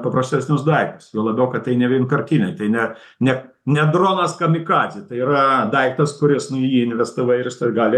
paprastesnius daiktus juo labiau kad tai ne vienkartinė tai ne ne ne dronas kamikadzė tai yra daiktas kuris nu į jį investavai ir jisai gali